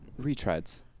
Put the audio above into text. retreads